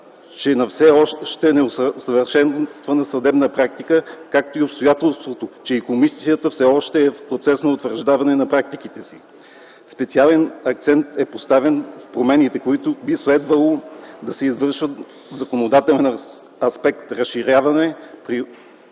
сочи на все още неутвърдена съдебна практика, както и на обстоятелството, че и комисията все още е в процес на утвърждаване на практиките си. Специален акцент е поставен в промените, които би следвало да се извършат в законодателен аспект: разширяване